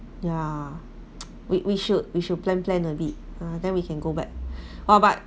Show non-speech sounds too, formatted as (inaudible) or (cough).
yeah (noise) we we should we should plan plan a bit then we can go back !wah! but